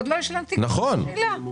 עוד לא השלמתי את השאלה.